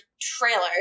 trailer